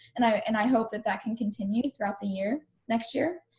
and i and i hope that that can continue throughout the year next year.